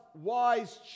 wise